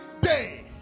day